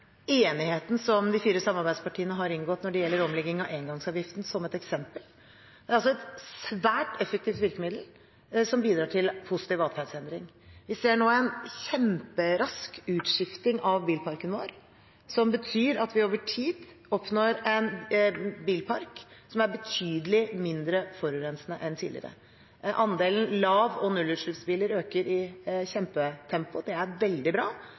enigheten som de fire samarbeidspartiene har inngått når det gjelder omlegging av engangsavgiften, som et eksempel. Det er altså et svært effektivt virkemiddel, som bidrar til positiv adferdsendring. Vi ser nå en kjemperask utskiftning av bilparken vår, som betyr at vi over tid oppnår en bilpark som er betydelig mindre forurensende enn tidligere. Andelen lav- og nullutslippsbiler øker i kjempetempo. Det er veldig bra,